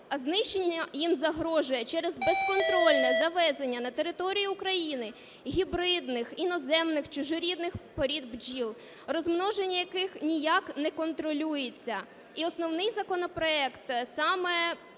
знищення їм загрожує через безконтрольне завезення на територію України гібридних, іноземних, чужорідних порід бджіл, розмноження яких ніяк не контролюється. І основний законопроект саме